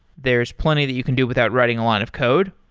there's plenty that you can do without writing a lot of code,